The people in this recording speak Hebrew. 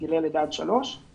גילי לידה עד שלוש,